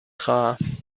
خواهم